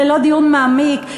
ללא דיון מעמיק,